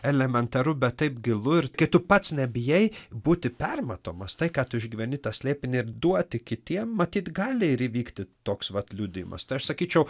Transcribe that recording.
elementaru bet taip gilu ir kai tu pats nebijai būti permatomas tai ką tu išgyveni tą slėpinį ir duoti kitiem matyt gali ir įvykti toks vat liudijimas tai aš sakyčiau